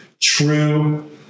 true